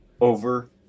over